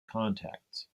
contacts